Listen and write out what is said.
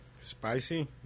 Spicy